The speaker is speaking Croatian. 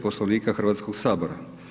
Poslovnika Hrvatskog sabora.